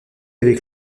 avec